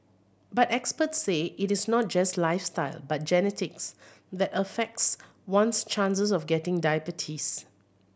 but experts say it is not just lifestyle but genetics that affects one's chances of getting diabetes